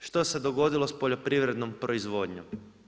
Što se dogodilo sa poljoprivrednom proizvodnjom?